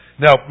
Now